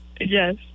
Yes